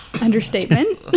Understatement